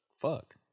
Fuck